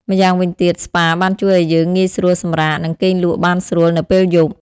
ម្យ៉ាងវិញទៀត ស្ប៉ាបានជួយឱ្យយើងងាយស្រួលសម្រាក និងគេងលក់បានស្រួលនៅពេលយប់។